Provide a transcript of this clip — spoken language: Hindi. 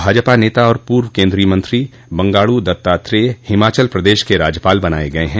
भाजपा नेता और पूर्व केन्द्रीय मंत्री बंडारू दत्तात्रेय हिमाचल प्रदेश के राज्यपाल बनाए गए हैं